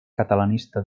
catalanista